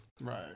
right